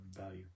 value